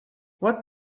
what